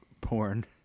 porn